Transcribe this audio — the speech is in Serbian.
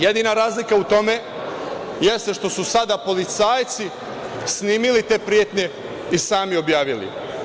Jedina razlika u tome jeste što su sada policajci snimili te pretnje i sami objavili.